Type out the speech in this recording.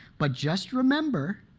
but just remember,